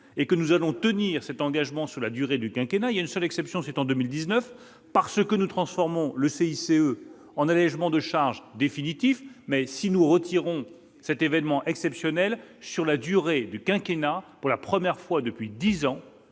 et que nous allons tenir cet engagement sur la durée du quinquennat il y a une seule exception, c'était en 2019 parce que nous transformons le CICE en allégement de charges définitif, mais si nous retirons cet événement exceptionnel sur la durée du quinquennat pour la première fois depuis 10 ans,